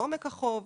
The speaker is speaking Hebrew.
בעומק החוב.